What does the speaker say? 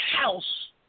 house